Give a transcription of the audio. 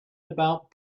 about